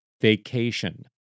Vacation